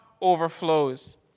overflows